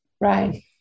Right